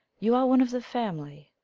you are one of the family.